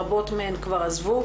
רבות מהן כבר עזבו,